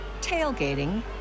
tailgating